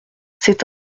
c’est